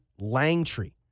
Langtree